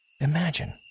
imagine